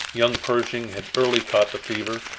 young pershing had early caught the fever,